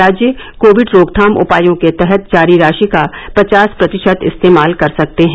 राज्य कोविड रोकथाम उपायों के तहत जारी राशि का पचास प्रतिशत इस्तेमाल कर सकते हैं